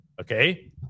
Okay